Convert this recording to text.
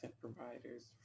providers